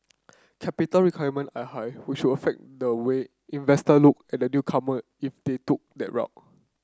capital requirement are high which would affect the way investor looked at the newcomer if they took that route